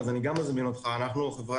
אני מזמין אותך בשביל